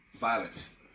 violence